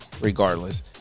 Regardless